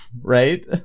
right